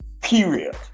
period